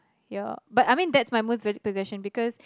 ya but that is my most valued possession because that